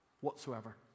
whatsoever